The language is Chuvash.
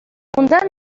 унта